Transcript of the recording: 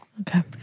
Okay